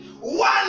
one